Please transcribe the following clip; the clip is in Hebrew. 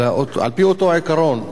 אלא על-פי אותו עיקרון.